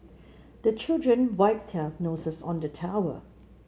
the children wipe their noses on the towel